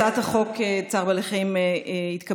הצעת חוק צער בעלי חיים התקבלה,